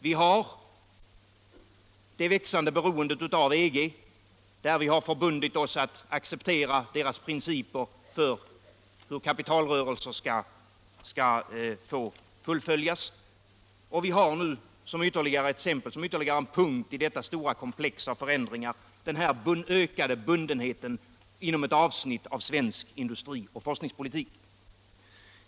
Vi har det växande beroendet av EG, där vi förbundit oss att acceptera dess principer för hur kapitalrörelser skall få fullföljas, och vi har nu som ytterligare ett exempel och ytterligare en punkt i detta stora komplex av förändringar den ökade bundenheten inom ett avsnitt av svensk industrioch forskningspolitik.